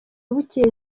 bukeye